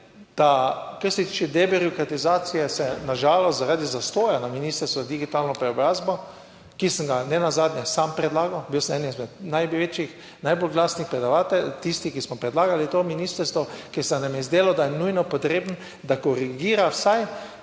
da kar se tiče debirokratizacije se na žalost zaradi zastoja na Ministrstvu za digitalno preobrazbo, ki sem ga ne nazadnje sam predlagal, bil sem eden izmed največjih, najbolj glasnih predavateljev, tisti, ki smo predlagali to ministrstvo, ki se nam je zdelo, da je nujno potreben, da korigira vsaj